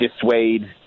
dissuade